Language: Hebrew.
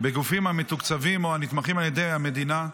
בגופים המתוקצבים או הנתמכים על ידי המדינה,